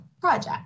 project